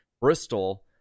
Bristol